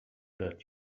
that